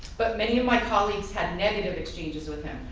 but many of my colleagues had negative exchanges with him.